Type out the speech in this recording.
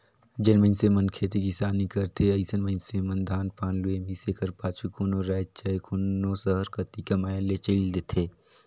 जेन मइनसे मन खेती किसानी करथे अइसन मइनसे मन धान पान लुए, मिसे कर पाछू कोनो राएज चहे कोनो सहर कती कमाए ले चइल देथे